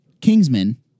kingsman